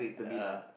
uh